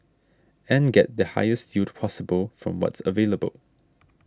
and get the highest yield possible from what's available